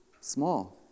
small